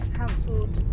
cancelled